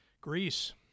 Greece